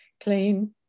clean